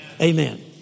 Amen